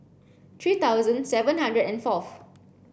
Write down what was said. three thousand seven hundred and fourth